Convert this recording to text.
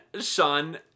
sean